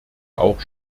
auch